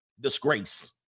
disgrace